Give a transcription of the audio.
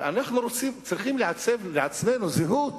ואנחנו צריכים לעצב לעצמנו זהות